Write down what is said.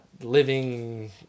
living